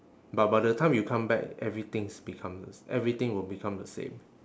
but by the time you come back everything's become the s~ everything will become the same